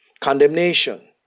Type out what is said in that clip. condemnation